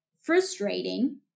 frustrating